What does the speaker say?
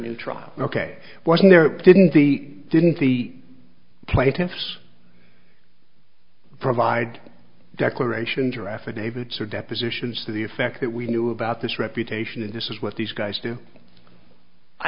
new trial ok wasn't there didn't the didn't the plaintiffs provide a declaration giraffe a david so depositions to the effect that we knew about this reputation and this is what these guys do i